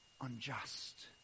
unjust